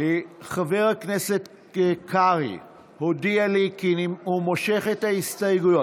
חבר הכנסת קרעי הודיע לי כי הוא מושך את ההסתייגויות.